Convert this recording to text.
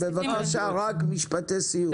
בבקשה משפטי סיום.